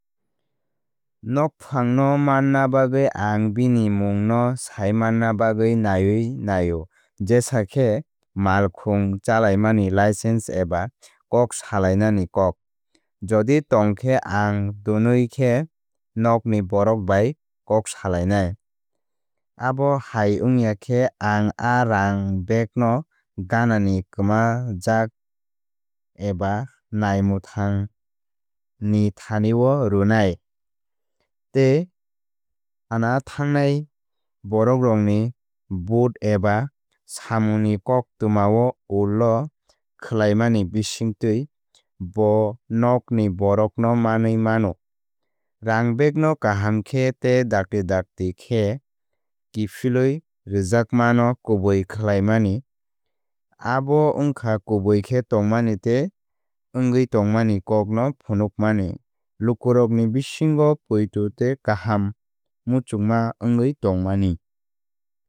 Nokphangno manna bagwi ang bini mungno saimanna bagwi naiwi naio jesa khe malkhung chalaimani license eba kok salainani kok. Jodi tongkhe ang tonoui khe nokni borok bai kok salainai. Abo hai wngya khe ang a rang bag no ganani kwmajakkwmajak eba naimwthang thanao rwnai. Tei thanithanini borokrokni board eba samungni koktwmao ullo khlaimani bisingtwi bo nokni borokno manwi mano. Rang bag no kaham khe tei dakti dakti khe kiphilwi rwjakmano kubui khlaimani abo wngkha kubui khe tongmani tei wngwi tongmani kokno phunukmani lukurokni bisingo poito tei kaham muchungma wngwi tongmani